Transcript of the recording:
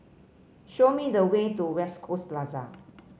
show me the way to West Coast Plaza